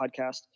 podcast